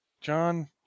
John